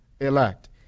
elect